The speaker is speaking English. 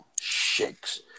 shakes